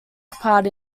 part